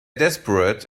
desperate